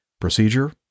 procedure